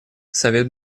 совет